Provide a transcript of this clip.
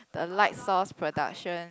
the light sauce production